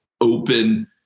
open